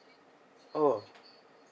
oh